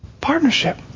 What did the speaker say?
Partnership